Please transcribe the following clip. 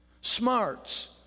smarts